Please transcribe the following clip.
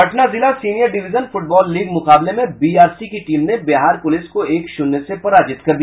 पटना जिला senior division football league मुकाबले में बीआरसी की टीम ने बिहार पुलिस को एक शून्य से पराजित कर दिया